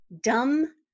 Dumb